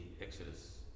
exodus